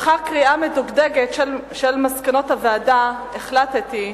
לאחר קריאה מדוקדקת של מסקנות הוועדה החלטתי,